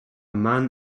man